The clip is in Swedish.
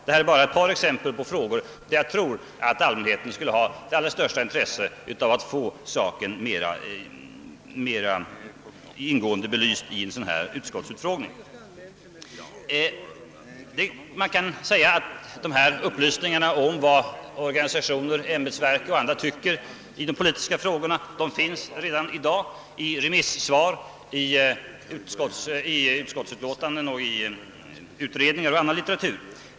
Detta är endast ett par exempel på frågor, som jag tror att allmänheten skulle ha det största intresse av att få belysta vid en utskottsutfrågning. Dessa upplysningar om vad organisationer, ämbetsverk och andra tycker i de politiska frågorna finns redan i dag i remissvar, utskottsutlåtanden, utredningar och annan litteratur.